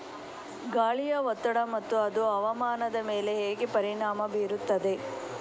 ಗಾಳಿಯ ಒತ್ತಡ ಮತ್ತು ಅದು ಹವಾಮಾನದ ಮೇಲೆ ಹೇಗೆ ಪರಿಣಾಮ ಬೀರುತ್ತದೆ?